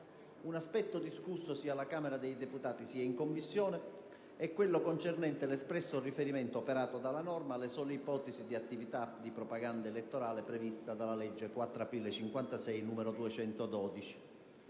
Un aspetto discusso, sia alla Camera dei deputati che in Commissione, è quello concernente l'espresso riferimento operato dalla norma alle sole ipotesi di attività di propaganda elettorale prevista dalla legge 4 aprile 1956, n. 212.